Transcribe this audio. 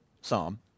psalm